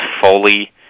fully